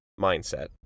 Mindset